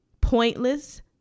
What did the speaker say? pointless